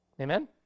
Amen